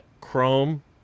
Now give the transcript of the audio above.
Chrome